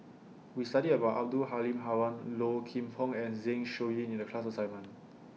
We studied about Abdul Halim Haron Low Kim Pong and Zeng Shouyin in The class assignment